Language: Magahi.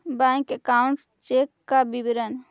बैक अकाउंट चेक का विवरण?